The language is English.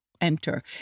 enter